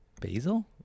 basil